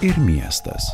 ir miestas